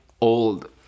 old